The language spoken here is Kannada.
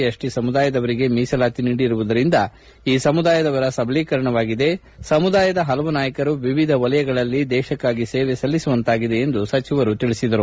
ಎಸ್ಟಿ ಸಮುದಾಯದವರಿಗೆ ಮೀಸಲಾತಿ ನೀಡಿರುವುದರಿಂದ ಈ ಸಮುದಾಯದವರ ಸಬಲೀಕರಣವಾಗಿದೆ ಸಮುದಾಯದ ಪಲವು ನಾಯಕರು ಎವಿಧ ವಲಯಗಳಲ್ಲಿ ದೇಶಕ್ಕಾಗಿ ಸೇವೆ ಸಲ್ಲಿಸುವಂತಾಗಿದೆ ಎಂದು ಸಚಿವರು ತಿಳಿಸಿದರು